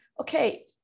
Okay